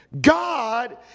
God